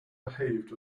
behaved